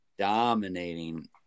dominating